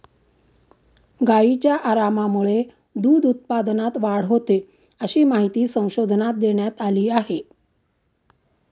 गायींच्या आरामामुळे दूध उत्पादनात वाढ होते, अशी माहिती संशोधनात देण्यात आली आहे